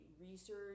research